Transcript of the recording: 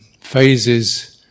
phases